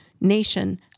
nation